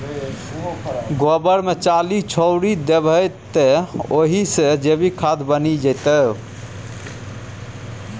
गोबर मे चाली छोरि देबही तए ओहि सँ जैविक खाद बनि जेतौ